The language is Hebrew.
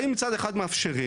באים מצד אחד מאפשרים,